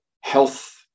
health